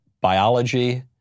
biology